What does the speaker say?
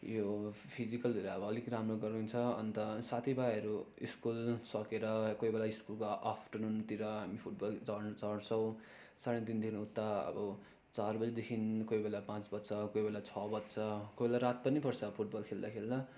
यो फिजिकलहरू अब अलि राम्रो गराउँछ अन्त साथी भाइहरू स्कुल सकेर कोही बेला स्कुलको आफटरनुनतिर हामी फुटबल झर्न झर्छौँ साँडे तिनदेखि उता अब चार बजीदेखि कोही बेला पाँच बच्छ कोही बेला छ बच्छ कोही बेला रात पनि पर्छ फुटबल खेल्दा खेल्दा